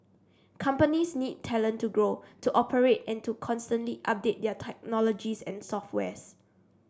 companies need talent to grow to operate and to constantly update their technologies and software's